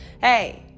hey